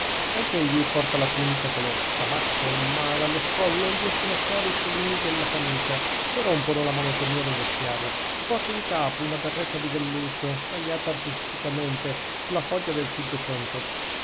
viso anch'egli porta la tunica color tabacco ma dallo scollo gli escono fuori i solini della camicia che rompono la monotonia del vestiario e porta in capo una berretta di velluto tagliata artisticamente sulla foggia del cinquecento